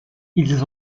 ils